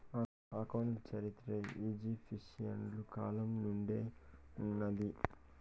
account చరిత్ర ఈజిప్షియన్ల కాలం నుండే ఉన్నాది